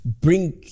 bring